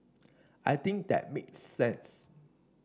I think that makes sense